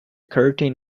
curtain